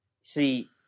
See